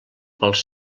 pels